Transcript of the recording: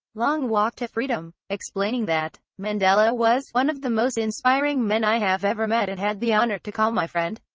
long walk to freedom, explaining that mandela was one of the most inspiring men i have ever met and had the honour to call my friend.